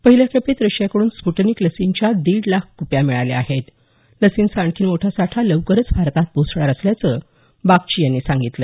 पहिल्या खेपेत रशियाकडून स्पुटनिक लसींच्या दीड लाख क्प्या मिळाल्या आहेत लसींचा आणखी मोठा साठा लवकरच भारतात पोहोचणार असल्याचं बागची यांनी सांगितलं